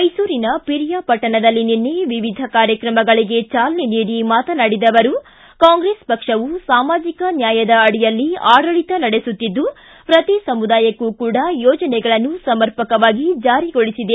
ಮೈಸೂರಿನ ಪಿರಿಯಾಪಟ್ಟಣದಲ್ಲಿ ನಿನ್ನೆ ವಿವಿಧ ಕಾರ್ಯಕ್ರಮಗಳಿಗೆ ಚಾಲನೆ ನೀಡಿ ಮಾತನಾಡಿದ ಅವರು ಕಾಂಗ್ರೆಸ್ ಪಕ್ಷವು ಸಾಮಾಜಿಕ ನ್ವಾಯದ ಅಡಿಯಲ್ಲಿ ಆಡಳಿತ ನಡೆಸುತ್ತಿದ್ದು ಪ್ರತಿ ಸಮುದಾಯಕ್ಕೂ ಕೂಡ ಯೋಜನೆಗಳನ್ನು ಸಮರ್ಪಕವಾಗಿ ಜಾರಿಗೊಳಿಸಿದೆ